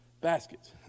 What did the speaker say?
baskets